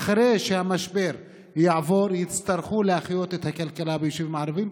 אחרי שהמשבר יעבור יצטרכו להחיות את הכלכלה ביישובים הערביים,